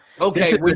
Okay